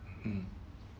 mm